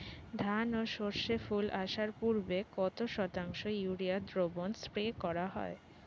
ধান ও সর্ষে ফুল আসার পূর্বে কত শতাংশ ইউরিয়া দ্রবণ স্প্রে করা হয়?